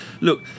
Look